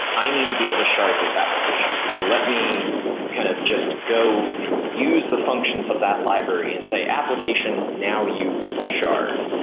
i need to be able to shard this application, so let me kind of just go and use the functions of that library and say, application, now you shard.